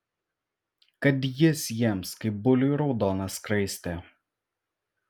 kad jis jiems kaip buliui raudona skraistė